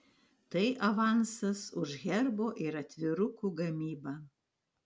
tai avansas už herbo ir atvirukų gamybą